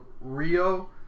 Rio